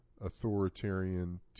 authoritarian